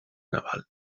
naval